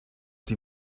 die